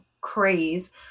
craze